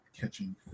catching